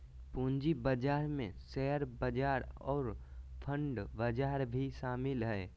पूँजी बजार में शेयर बजार और बांड बजार भी शामिल हइ